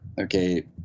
Okay